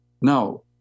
Now